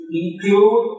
include